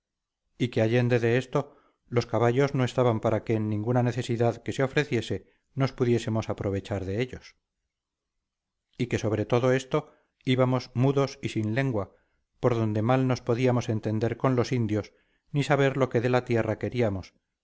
y que allende de esto los caballos no estaban para que en ninguna necesidad que se ofreciese nos pudiésemos aprovechar de ellos y que sobre todo esto íbamos mudos y sin lengua por donde mal nos podíamos entender con los indios ni saber lo que de la tierra queríamos